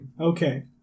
Okay